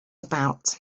about